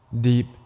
deep